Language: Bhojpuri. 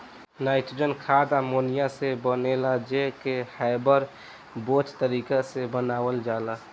नाइट्रोजन खाद अमोनिआ से बनेला जे के हैबर बोच तारिका से बनावल जाला